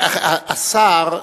השר,